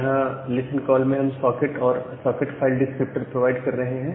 यहां listen call में हम सॉकेट और सॉकेट फाइल डिस्क्रिप्टर प्रोवाइड कर रहे हैं